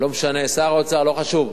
לא משנה, שר האוצר, לא חשוב.